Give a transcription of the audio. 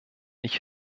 ich